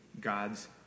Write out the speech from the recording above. God's